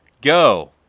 go